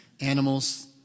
animals